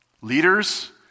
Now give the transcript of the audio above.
Leaders